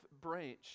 branch